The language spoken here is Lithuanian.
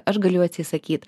aš galiu atsisakyt